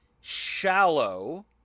shallow